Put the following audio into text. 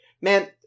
Man